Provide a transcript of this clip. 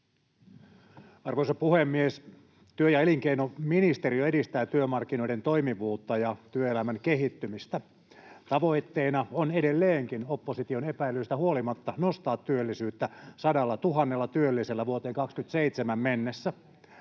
Arvoisa puhemies! Työ- ja elinkeinoministeriö edistää työmarkkinoiden toimivuutta ja työelämän kehittymistä. Tavoitteena on edelleenkin, opposition epäilyistä huolimatta, nostaa työllisyyttä 100 000 työllisellä vuoteen 27 mennessä.